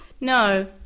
No